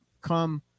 come